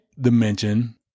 dimension